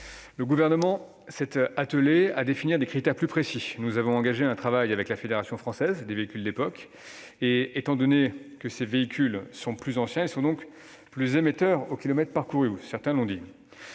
Le Gouvernement s'est attelé à définir des critères plus précis. Nous avons engagé un travail avec la Fédération française des véhicules d'époque en ce sens. Étant donné que ces véhicules sont plus anciens, ils sont aussi plus émetteurs au kilomètre parcouru, comme certains d'entre